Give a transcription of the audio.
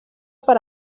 per